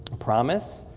promis,